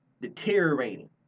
deteriorating